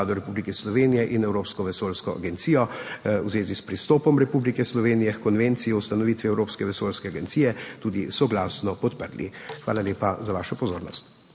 Vlado Republike Slovenije in Evropsko vesoljsko agencijo v zvezi s pristopom Republike Slovenije h Konvenciji o ustanovitvi Evropske vesoljske agencije in povezanimi pogoji tudi soglasno podprli. Hvala lepa za vašo pozornost.